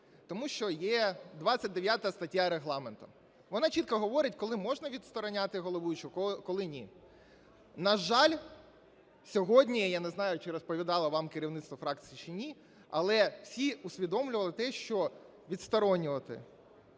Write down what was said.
Тому що є 29 стаття Регламенту, вона чітко говорить, коли можна відстороняти головуючого, коли ні. На жаль, сьогодні, я не знаю чи розповідало вам керівництво фракції чи ні, але всі усвідомлювали те, що відсторонювати